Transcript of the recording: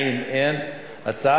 גיסא